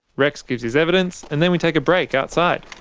rex gives his evidence, and then we take a break outside.